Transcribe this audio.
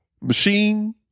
Machine